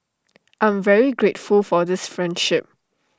I'm very grateful for this friendship